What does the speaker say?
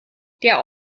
der